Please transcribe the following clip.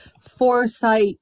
foresight